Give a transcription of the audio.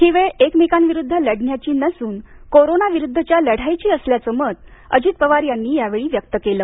ही वेळ एकमेकांविरुद्ध लढण्याची नसून कोरोना विरुद्धच्या लढाईची असल्याचं मत अजित पवार यांनी यावेळी व्यक्त केलं